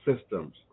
systems